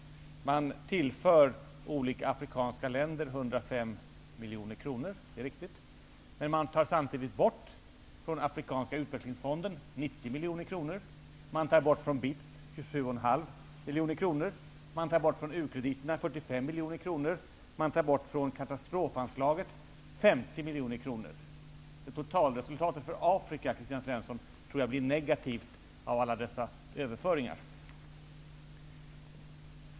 Olika afrikanska länder tillförs 105 miljoner kronor. Det är riktigt. Men samtidigt tas 90 miljoner kronor bort från den afrikanska utvecklingsfonden. 7,5 miljoner kronor tas bort från BITS, 45 miljoner kronor tas bort från u-krediterna och 50 miljoner tas bort från katastrofanslaget. Alla dessa överföringar gör att totalresultatet för Afrika blir negativt.